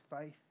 faith